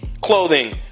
clothing